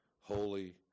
holy